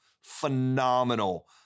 Phenomenal